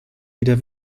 wieder